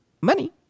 money